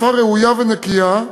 בשפה ראויה ונקייה,